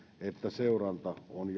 että seuranta on